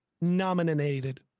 nominated